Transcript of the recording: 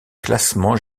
classements